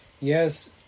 Yes